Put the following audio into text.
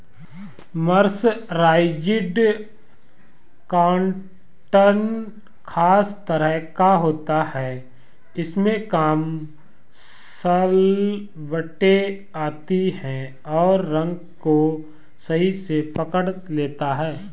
mercerised cotton खास तरह का होता है इसमें कम सलवटें आती हैं और रंग को सही से पकड़ लेता है